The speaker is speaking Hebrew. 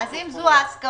אם זו ההסכמה,